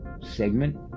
segment